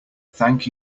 thank